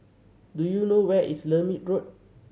do you know where is Lermit Road